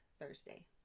Thursday